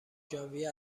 ژانویه